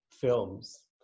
films